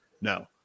no